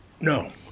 No